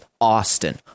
Austin